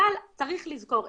אבל צריך לזכור,